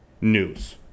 news